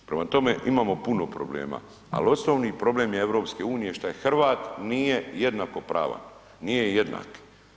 Prema tome, imamo puno problema, ali osnovni problem je EU šta Hrvat nije jednakopravan, nije jednak.